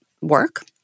work